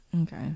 Okay